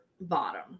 bottom